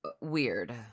Weird